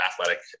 athletic